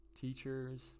teachers